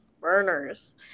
burners